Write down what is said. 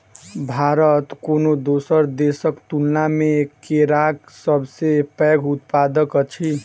भारत कोनो दोसर देसक तुलना मे केराक सबसे पैघ उत्पादक अछि